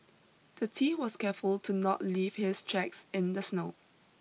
the tea was careful to not leave his tracks in the snow